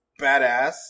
badass